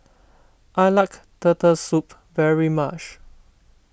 I like Turtle Soup very much